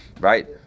Right